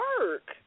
work